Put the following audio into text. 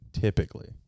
typically